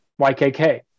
YKK